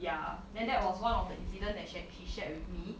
ya then that was one of the incident that sha~ she shared with me